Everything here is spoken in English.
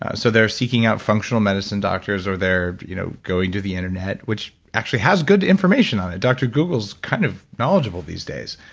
ah so they're seeking out functional medicine doctors or they're you know going to the internet, which actually has good information on it. dr. google's kind of knowledgeable these days.